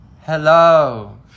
Hello